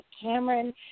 Cameron